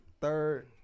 third